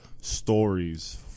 stories